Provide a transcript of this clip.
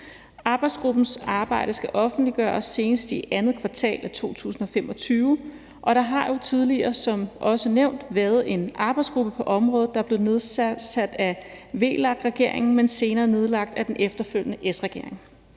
Arbejdsgruppens arbejde skal offentliggøres senest i andet kvartal af 2025, og der har jo tidligere, som også nævnt, været en arbejdsgruppe på området, der blev nedsat af VLAK-regeringen, men som senere blev nedlagt af den efterfølgende S-regering.